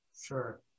Sure